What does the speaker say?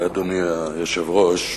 אדוני היושב-ראש,